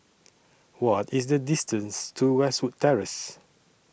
What IS The distance to Westwood Terrace